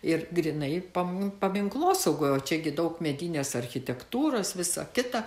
ir grynai pam paminklosaugoje o čia gi daug medinės architektūros visa kita